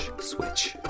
switch